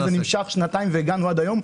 העובדה שזה נמשך שנתיים והגענו עד היום,